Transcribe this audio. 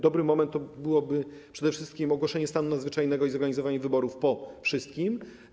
Dobry moment, dobre działanie to byłoby przede wszystkim ogłoszenie stanu nadzwyczajnego i zorganizowanie wyborów po wszystkim.